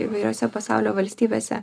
įvairiose pasaulio valstybėse